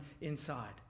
inside